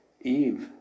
Eve